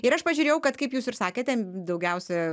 ir aš pažiūrėjau kad kaip jūs ir sakėte m daugiausia